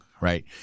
Right